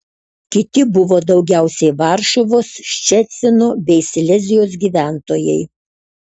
kiti buvo daugiausiai varšuvos ščecino bei silezijos gyventojai